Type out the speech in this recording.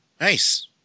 Nice